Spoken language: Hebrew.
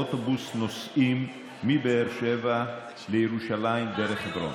באוטובוס נוסעים מבאר שבע לירושלים דרך חברון.